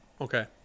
Okay